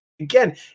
Again